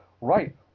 right